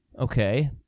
Okay